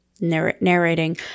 narrating